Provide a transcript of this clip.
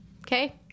Okay